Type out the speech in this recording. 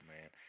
man